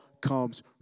comes